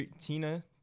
Tina